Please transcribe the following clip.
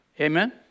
Amen